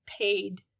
paid